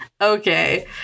okay